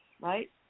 right